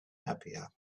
happier